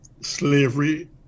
slavery